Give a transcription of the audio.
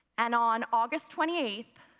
and on august twenty eighth,